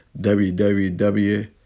www